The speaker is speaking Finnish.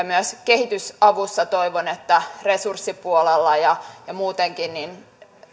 myös kehitysavussa toivon että resurssipuolella ja muutenkin